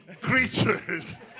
creatures